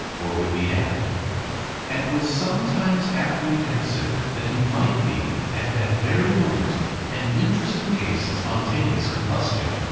or would be at and was sometimes apprehensive that he might be at that very moment an interesting case of spontaneous combustion,